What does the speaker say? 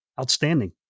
Outstanding